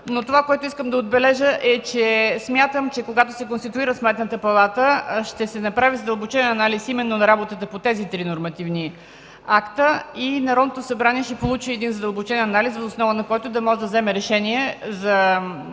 които казах. Искам да отбележа, че когато се конституира Сметната палата, ще се направи задълбочен анализ именно на работата по тези три нормативни акта и Народното събрание ще получи един задълбочен анализ, въз основа на който да може да вземе решение, ако